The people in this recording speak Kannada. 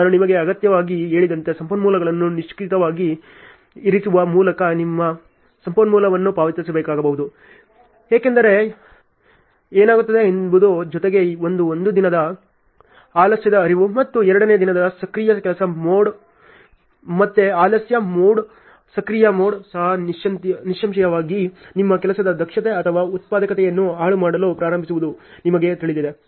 ನಾನು ನಿಮಗೆ ಅನಗತ್ಯವಾಗಿ ಹೇಳಿದಂತೆ ಸಂಪನ್ಮೂಲಗಳನ್ನು ನಿಷ್ಕ್ರಿಯವಾಗಿ ಇರಿಸುವ ಮೂಲಕ ನೀವು ಸಂಪನ್ಮೂಲವನ್ನು ಪಾವತಿಸಬೇಕಾಗಬಹುದು ಏನಾಗುತ್ತದೆ ಎಂಬುದರ ಜೊತೆಗೆ ಒಂದು ದಿನದಲ್ಲಿ ಆಲಸ್ಯದ ಹರಿವು ಮತ್ತು ಎರಡನೇ ದಿನದ ಸಕ್ರಿಯ ಕೆಲಸದ ಮೋಡ್ ಮತ್ತೆ ಆಲಸ್ಯ ಮೋಡ್ ಸಕ್ರಿಯ ಮೋಡ್ ಸಹ ನಿಸ್ಸಂಶಯವಾಗಿ ನಿಮ್ಮ ಕೆಲಸದ ದಕ್ಷತೆ ಅಥವಾ ಉತ್ಪಾದಕತೆಯನ್ನು ಹಾಳು ಮಾಡಲು ಪ್ರಾರಂಭಿಸುವುದು ನಿಮಗೆ ತಿಳಿದಿದೆ